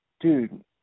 dude